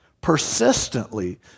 persistently